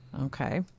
Okay